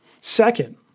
Second